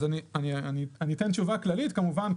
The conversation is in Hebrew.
אני אתן תשובה כללית כמובן,